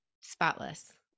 spotless